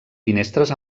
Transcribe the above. finestres